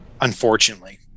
unfortunately